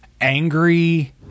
Angry